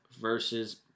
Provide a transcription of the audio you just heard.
versus